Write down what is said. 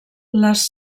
les